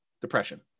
depression